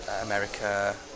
America